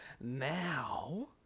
Now